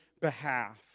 behalf